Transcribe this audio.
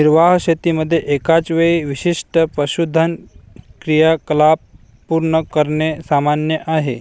निर्वाह शेतीमध्ये एकाच वेळी विशिष्ट पशुधन क्रियाकलाप पूर्ण करणे सामान्य आहे